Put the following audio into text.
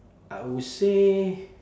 I'll say